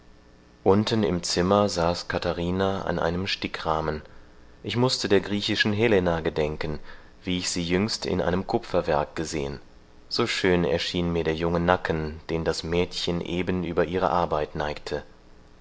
unten im zimmer saß katharina an einem stickrahmen ich mußte der griechischen helena gedenken wie ich sie jüngst in einem kupferwerk gesehen so schön erschien mir der junge nacken den das mädchen eben über ihre arbeit neigte